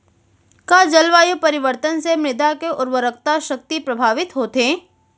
का जलवायु परिवर्तन से मृदा के उर्वरकता शक्ति प्रभावित होथे?